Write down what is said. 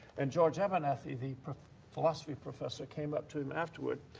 and george abernathy, the philosophy professor, came up to him afterward,